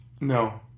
No